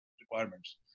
requirements